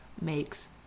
makes